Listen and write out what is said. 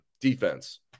defense